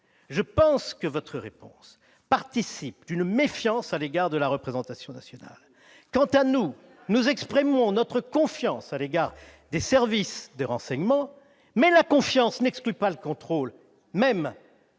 Selon moi, votre réponse participe d'une méfiance à l'égard de la représentation nationale. Pour notre part, nous exprimons notre confiance à l'égard des services de renseignement. Mais la confiance n'exclut pas le contrôle !